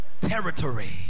territory